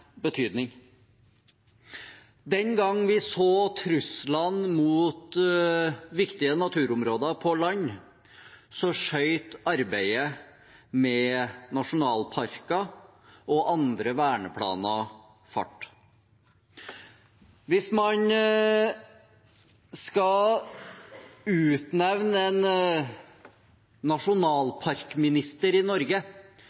betydning. Den gangen vi så truslene mot viktige naturområder på land, skjøt arbeidet med nasjonalparker og andre verneplaner fart. Hvis man skal utpeke en